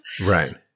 Right